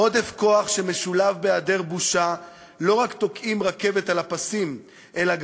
עודף כוח שמשולב בהיעדר בושה לא רק תוקע רכבת על הפסים אלא גם